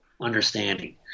understanding